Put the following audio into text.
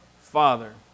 Father